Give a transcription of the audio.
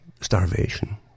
starvation